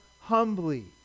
humbly